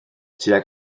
tuag